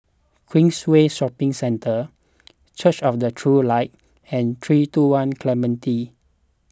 Queensway Shopping Centre Church of the True Light and three two one Clementi